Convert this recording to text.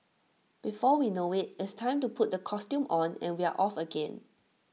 before we know IT it's time to put the costume on and we are off again